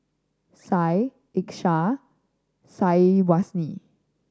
Syah Ishak and Syazwani